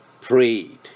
prayed